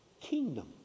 kingdom